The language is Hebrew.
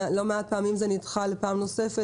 לא מעט פעמים זה נדחה לפעם נוספת,